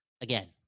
Again